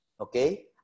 Okay